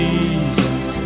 Jesus